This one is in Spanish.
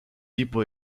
tipo